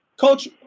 Coach